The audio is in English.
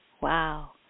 Wow